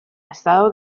estado